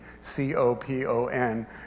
C-O-P-O-N